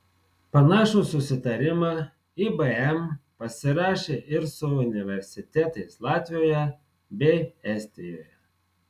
panašų susitarimą ibm pasirašė ir su universitetais latvijoje bei estijoje